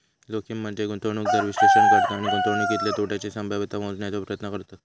जोखीम म्हनजे गुंतवणूकदार विश्लेषण करता आणि गुंतवणुकीतल्या तोट्याची संभाव्यता मोजण्याचो प्रयत्न करतत